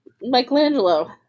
Michelangelo